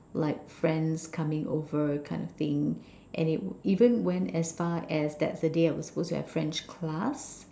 like friends coming over kind of thing and it even went as far as that's the day that I was supposed to have French class